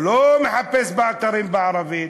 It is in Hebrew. הוא לא מחפש באתרים בערבית,